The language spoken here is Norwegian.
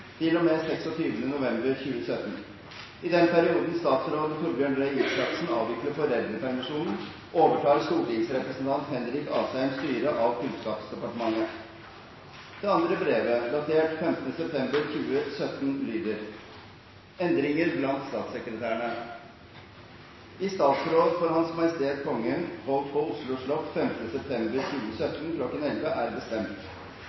november 2017. I den perioden statsråd Torbjørn Røe Isaksen avvikler foreldrepermisjon overtar stortingsrepresentant Henrik Asheim styret av Kunnskapsdepartementet.» Det andre brevet, datert 15. september 2017, lyder: «Endringer blant statssekretærene I statsråd for H.M. Kongen holdt på Oslo slott 15. september 2017 kl. 11.00 er bestemt: